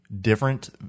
different